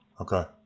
Okay